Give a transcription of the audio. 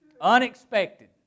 unexpected